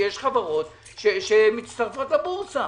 שיש חברות שמצטרפות לבורסה.